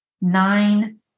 nine